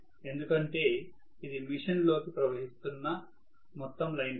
ఎందుకంటే ఇది మిషన్ లోకి ప్రవహిస్తున్న మొత్తం లైన్ కరెంట్